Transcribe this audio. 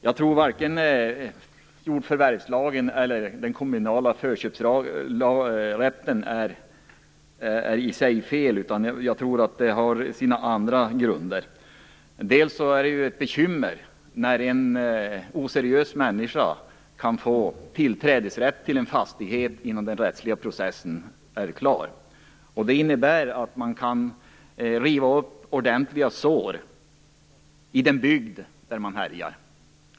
Jag tror inte att det är fel på vare sig jordförvärvslagen eller den kommunala förköpsrätten, utan detta har andra grunder. Det är ett bekymmer när en oseriös människa kan få tillträde till en fastighet innan den rättsliga processen är klar. Det innebär att man kan riva upp ordentliga sår i den bygd där man härjar.